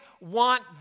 want